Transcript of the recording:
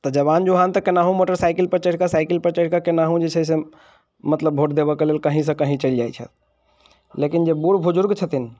तऽ जवान जोहान तऽ केनाहो मोटरसाइकल पर चढ़िके साइकल पर चढ़िके केनाहु जे छै से मतलब भोट देबऽके लेल कहीँ से कहीँ चलि जाइत छथि लेकिन जे बुढ़ बुजुर्ग छथिन